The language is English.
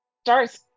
starts